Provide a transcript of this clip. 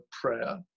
prayer